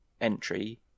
entry